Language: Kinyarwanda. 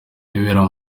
ibibera